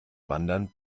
wandern